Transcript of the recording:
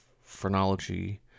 phrenology